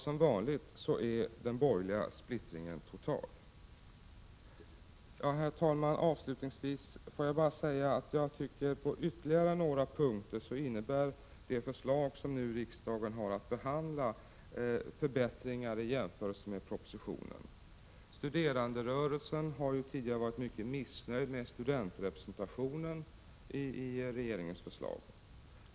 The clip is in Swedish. — Som vanligt är den borgerliga splittringen total. Herr talman! På ytterligare några punkter innebär det förslag som riksdagen nu har att behandla förbättringar i jämförelse med propositionen. Studeranderörelsen har tidigare varit mycket missnöjd med studentrepresentationen i regeringens förslag.